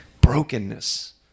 Brokenness